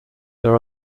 there